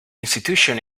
institution